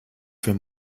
für